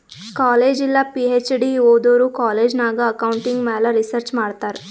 college ಇಲ್ಲ PhD ಓದೋರು college ನಾಗ್ ಅಕೌಂಟಿಂಗ್ ಮ್ಯಾಲ ರಿಸರ್ಚ್ ಮಾಡ್ತಾರ್